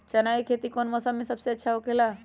चाना के खेती कौन मौसम में सबसे अच्छा होखेला?